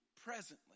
presently